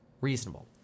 reasonable